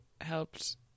helped